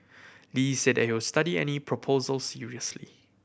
Lee said that he would study any proposal seriously